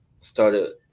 started